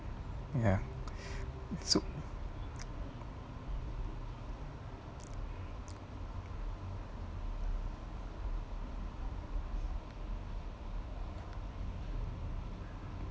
ya so